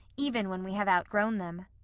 even when we have outgrown them.